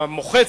המוחץ,